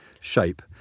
shape